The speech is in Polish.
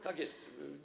Tak jest.